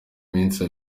minsi